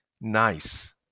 nice